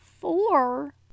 Four